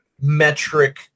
metric